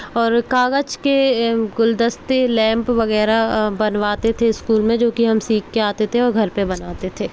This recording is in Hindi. और कागज़ के गुलदस्ते लैम्प वगैरह बनवाते थे स्कूल में जो कि हम सीख के आते थे घर पे बनाते थे